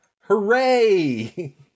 Hooray